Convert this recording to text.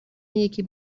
یکی